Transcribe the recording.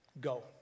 go